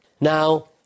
Now